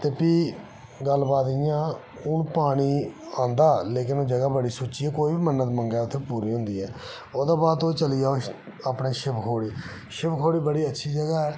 ते फ्ही गल्ल बात इ'यां हून पानी औंदा लेकिन जगह बड़ी सुच्ची ऐ कोई बी मन्नत मंगो पूरी होंदी ऐ ओह्दे बाद चली जाओ शिव खोड़ी शिव खोड़ी बड़ी अच्छी जगह ऐ